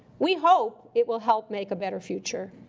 we hope it will help make a better future.